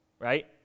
right